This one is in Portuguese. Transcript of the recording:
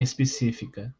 específica